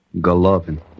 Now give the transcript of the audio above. Golovin